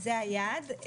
זה היעד.